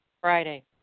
Friday